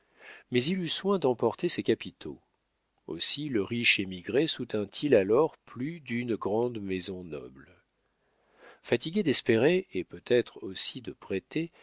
mais il eut soin d'emporter ses capitaux aussi le riche émigré soutint il alors plus d'une grande maison noble fatigué d'espérer et peut-être aussi de prêter